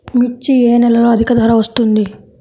మిర్చి ఏ నెలలో అధిక ధర వస్తుంది?